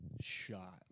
shot